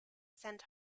sent